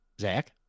Zach